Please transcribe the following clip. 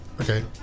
Okay